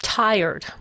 tired